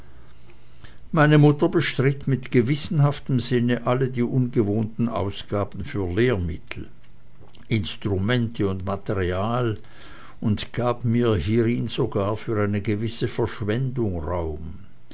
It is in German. meine mutter bestritt mit gewissenhaftem sinne alle die ungewohnten ausgaben für lehrmittel instrumente und material und gab mir hierin sogar für eine gewisse verschwendung raum